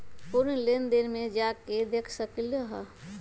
पूर्व लेन देन में जाके देखसकली ह?